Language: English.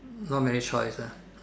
not many choice ah